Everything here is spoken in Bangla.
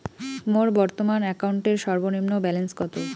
মোর বর্তমান অ্যাকাউন্টের সর্বনিম্ন ব্যালেন্স কত?